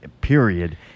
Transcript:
period